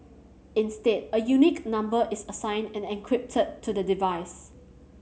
instead a unique number is assigned and encrypted to the device